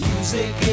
Music